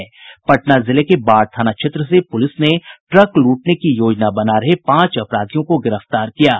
पटना जिले के बाढ़ थाना क्षेत्र से पुलिस ने ट्रक लूटने की योजना बना रहा पांच अपराधियों को गिरफ्तार किया है